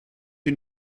den